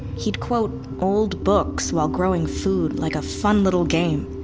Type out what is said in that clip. he'd quote old books while growing food, like a fun little game.